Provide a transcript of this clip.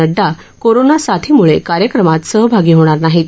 Nadda corona साथीमुळे कार्यक्रमात सहभागी होणार नाहीत